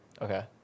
Okay